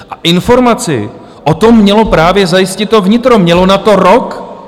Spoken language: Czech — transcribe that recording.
A informaci o tom mělo právě zajistit vnitro, mělo na to rok!